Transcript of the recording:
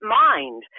mind